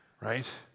right